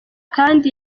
kandi